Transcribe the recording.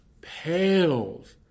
pales